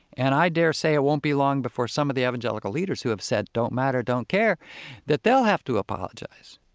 and i dare say it won't be long before some of the evangelical leaders who have said, don't matter, don't care that they'll have to apologize